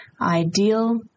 ideal